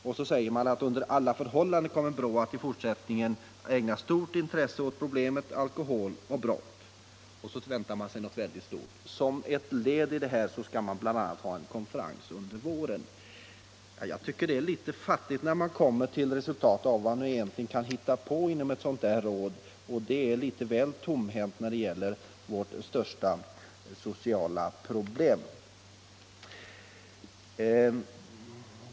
Under alla förhållanden kommer brottsförebyggande rådet, enligt tidningsartikeln, i fortsättningen att ägna stort intresse åt problemet alkohol och brott. Som ett led i detta skall man bl.a. ha en konferens under våren. Jag tycker att det är lite väl fattigt att detta är det enda konkreta resultat man egentligen kommit fram till. Där är man litet väl tomhänt när det gäller att finna lösningar på vårt största sociala problem.